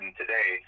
today